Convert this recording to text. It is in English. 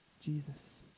Jesus